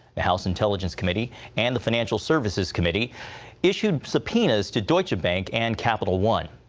the house intelligence committee and the financial services committee issued subpoenas to deutsche bank and capital one.